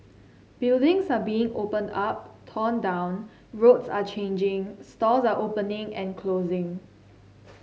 buildings are being opened up torn down roads are changing stores are opening and closing